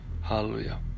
Hallelujah